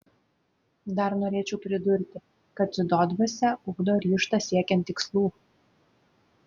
dar norėčiau pridurti kad dziudo dvasia ugdo ryžtą siekiant tikslų